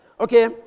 Okay